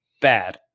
bad